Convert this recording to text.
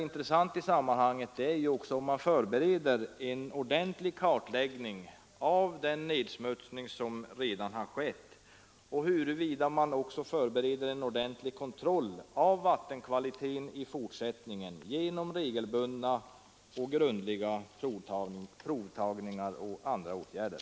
Intressant i sammanhanget är också att man förbereder en ordentlig kartläggning av den nedsmutsning som redan har skett och en ordentlig kontroll i fortsättningen av vattenkvaliteten genom regelbundna och grundliga provtagningar samt andra åtgärder.